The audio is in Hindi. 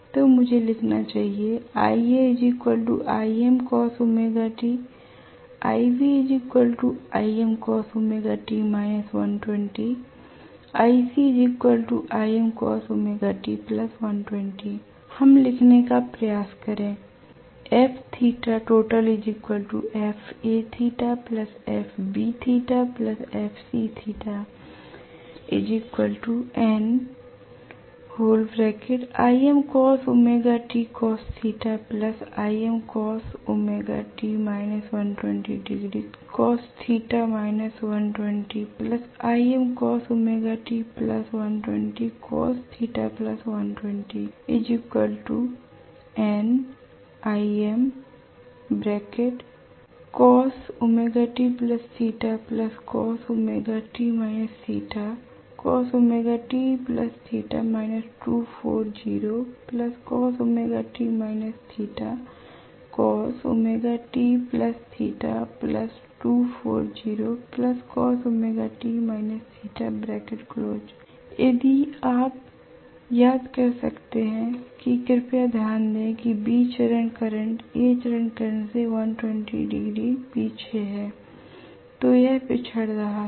तो मुझे लिखना चाहिएl हम लिखने का प्रयास करें यदि आप याद कर सकते हैं कि कृपया ध्यान दें कि B चरण करंट A चरण करंट से 120 डिग्री पीछे है तो यह पिछड़ रहा है